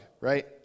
right